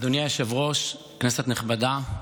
אדוני היושב-ראש, כנסת נכבדה,